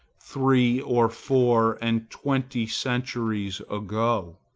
three or four and twenty centuries ago.